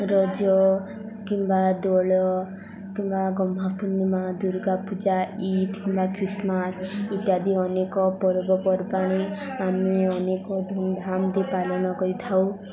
ରଜ କିମ୍ବା ଦୋଲ କିମ୍ବା ଗହ୍ମାପୂର୍ଣ୍ଣିମା ଦୁର୍ଗା ପୂଜା ଇଦ୍ କିମ୍ବା ଖ୍ରୀଷ୍ଟମାସ ଇତ୍ୟାଦି ଅନେକ ପର୍ବପର୍ବାଣି ଆମେ ଅନେକ ଧୁମ୍ଧାମ୍ରେେ ପାଲନ କରିଥାଉ